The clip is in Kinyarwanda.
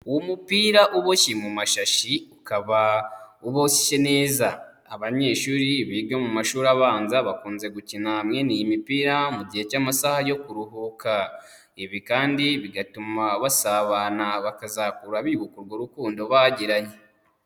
Uwo mupira uboshye mu mashashi, ukaba uboshye neza, abanyeshuri biga mu mashuri abanza bakunze gukina mwene iyi mipira mu gihe cy'amasaha yo kuruhuka, ibi kandi bigatuma basabana, bakazakura bibuka urwo rukundo bagiranye.